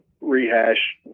rehash